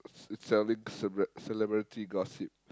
it it's selling cele~ celebrity gossip